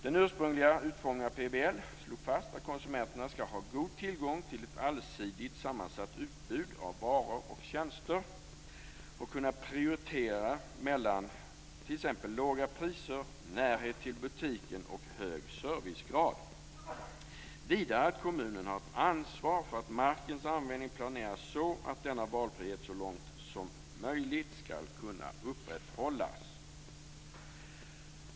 Den ursprungliga utformningen av PBL slog fast att konsumenterna skall ha god tillgång till ett allsidigt sammansatt utbud av varor och tjänster och kunna prioritera mellan t.ex. låga priser, närhet till butiken och hög servicegrad, vidare att kommunen har ett ansvar för att markens användning planeras så att denna valfrihet så långt som möjligt skall kunna upprätthållas.